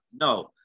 no